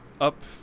up